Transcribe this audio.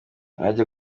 ajya